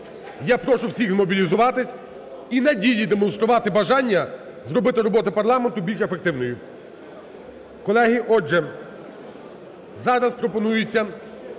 Я прошу всіх змобілізуватися і надії демонструвати бажання зробити роботу парламенту більш ефективною.